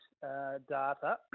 data